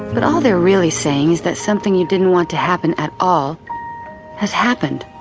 but all they're really saying is that something you didn't want to happen at all has happened